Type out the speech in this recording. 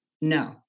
No